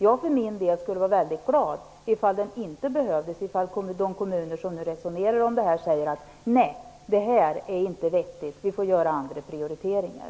Jag för min del skulle vara väldigt glad ifall den inte behövdes och de kommuner som nu resonerar om detta säger: Nej, det är inte vettigt. Vi får göra andra prioriteringar.